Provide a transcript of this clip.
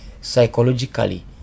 psychologically